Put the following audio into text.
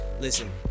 Listen